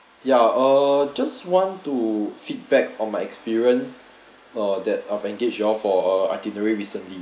ya uh just want to feedback on my experience uh that I've engage you all for itinerary recently